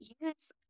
yes